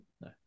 No